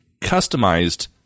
customized